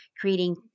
creating